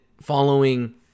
following